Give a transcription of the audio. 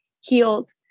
healed